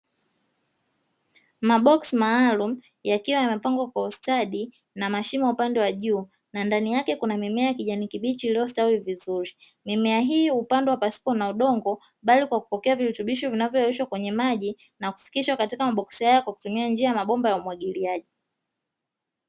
Maboksi maalumu yakiwa yamepangwa kwa ustadi na mashimo upande wa juu na ndani yake kuna mimea ya kijani kibichi iliyostawi vizuri. Mimea hii hupandwa pasipo na udongo bali kwa kupokea virutubisho vinavyoyeyushwa kwenye maji na kufikishwa katika maboksi hayo kwa kutumia njia ya mabimba ya umwagiliaji.